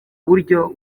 buryo